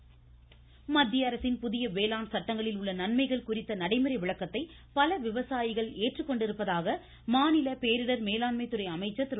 Udhayakumar voice மத்திய அரசின் புதிய வேளாண் சட்டங்களில் உள்ள நன்மைகள் குறித்த நடைமுறை விளக்கத்தை பல விவசாயிகள் ஏற்றுக்கொண்டிருப்பதாக மாநில பேரிடர் மேலாண்மை துறை அமைச்சர் திரு